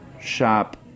shop